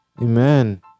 Amen